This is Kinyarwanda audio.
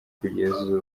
kugeza